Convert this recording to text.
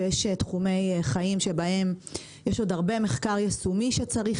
ויש תחומי חיים שבהם יש עוד הרבה מחקר יישומי שצריך